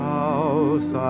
house